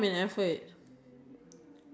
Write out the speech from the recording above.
that that sounds very nice